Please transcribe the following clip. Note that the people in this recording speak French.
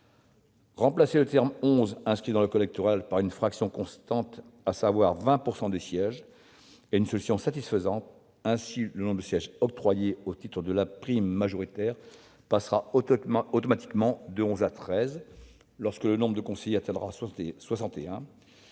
remplacement du nombre onze, inscrit dans le code électoral, par une fraction constante, à savoir 20 % des sièges, apparaît comme une solution satisfaisante. Ainsi, le nombre de sièges octroyés au titre de la prime majoritaire passera automatiquement de onze à treize lorsque le nombre de conseillers atteindra